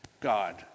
God